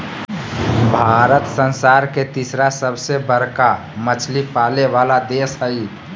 भारत संसार के तिसरा सबसे बडका मछली पाले वाला देश हइ